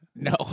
No